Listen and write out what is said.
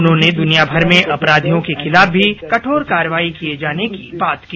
उन्होंने दूनिया भर में अपराधियों के खिलाफ भी कठोर कार्यवाही किये जाने की बात की